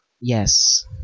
yes